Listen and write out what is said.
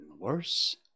worse